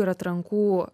ir atrankų